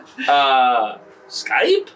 Skype